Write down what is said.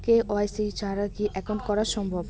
KYC ছাড়া কি account করা সম্ভব?